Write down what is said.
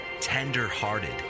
tender-hearted